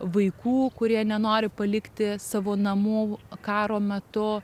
vaikų kurie nenori palikti savo namų karo metu